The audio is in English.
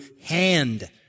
hand